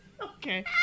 Okay